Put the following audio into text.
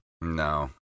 No